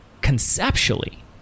conceptually